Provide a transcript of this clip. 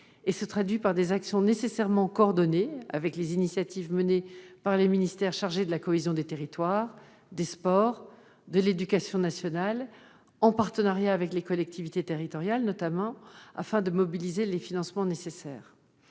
et se traduit par des actions nécessairement coordonnées avec les initiatives engagées par les ministères chargés de la cohésion des territoires, des sports et de l'éducation nationale, en partenariat avec les collectivités territoriales notamment, afin de mobiliser les financements nécessaires.